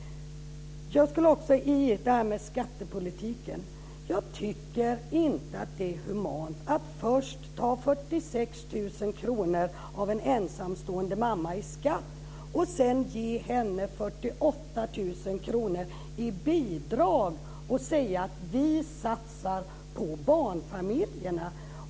Jag skulle också med anledning av skattepolitiken vilja säga att jag inte tycker att det är humant att först ta 46 000 kr i skatt av en ensamstående mamma och sedan ge henne 48 000 kr i bidrag och säga: Vi satsar på barnfamiljerna.